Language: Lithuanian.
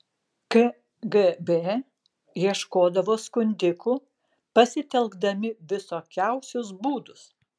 kgb ieškodavo skundikų pasitelkdami visokiausius būdus